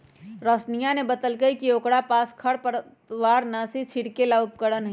रोशिनीया ने बतल कई कि ओकरा पास खरपतवारनाशी छिड़के ला उपकरण हई